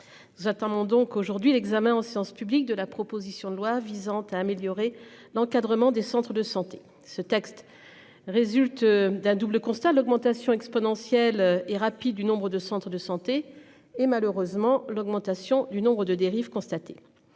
J'attends donc aujourd'hui l'examen en séance publique de la proposition de loi visant à améliorer l'encadrement des centres de santé ce texte résulte d'un double constat l'augmentation exponentielle et rapide du nombre de centres de santé et malheureusement l'augmentation du nombre de dérives constatées.